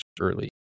early